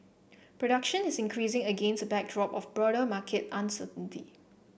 production is increasing against backdrop of broader market uncertainty